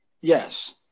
Yes